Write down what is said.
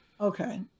Okay